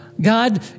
God